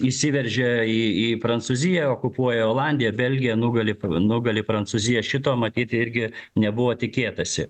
įsiveržė į į prancūziją okupuoja olandiją belgiją nugali nugali prancūziją šito matyt irgi nebuvo tikėtasi